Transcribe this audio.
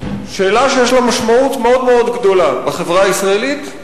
שאלה שיש לה משמעות מאוד גדולה בחברה הישראלית,